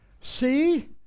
See